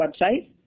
website